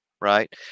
Right